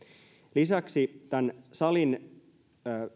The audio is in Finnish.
tämän salin